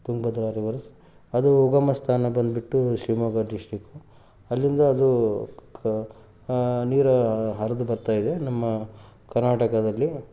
Tungabhadra rivers ಅದು ಉಗಮ ಸ್ಥಾನ ಬಂದುಬಿಟ್ಟು ಶಿವಮೊಗ್ಗ ಡಿಸ್ಟಿಕ್ಕು ಅಲ್ಲಿಂದ ಅದು ನೀರು ಹರಿದು ಬರ್ತಾ ಇದೆ ನಮ್ಮ ಕರ್ನಾಟಕದಲ್ಲಿ